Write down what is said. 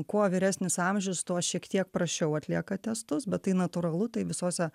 kuo vyresnis amžius tuo šiek tiek prasčiau atlieka testus bet tai natūralu tai visose